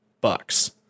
bucks